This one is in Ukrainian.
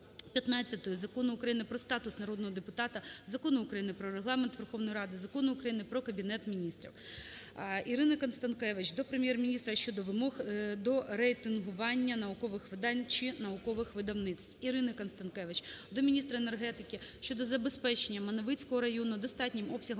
15 Закону України "Про статус народного депутата, Закону України "Про Регламент Верховної Ради", Закону України "Про Кабінет Міністрів". ІриниКонстанкевич до Прем'єр-міністра щодо вимог до рейтингування наукових видань чи наукових видавництв. ІриниКонстанкевич до міністра енергетики щодо забезпечення Маневицького району достатнім обсягом